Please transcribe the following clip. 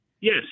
Yes